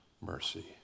mercy